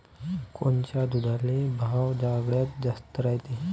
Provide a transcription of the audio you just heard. कोनच्या दुधाले भाव सगळ्यात जास्त रायते?